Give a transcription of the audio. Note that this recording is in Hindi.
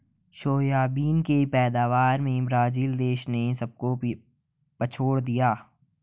सोयाबीन की पैदावार में ब्राजील देश ने सबको पछाड़ दिया